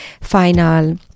final